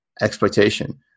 exploitation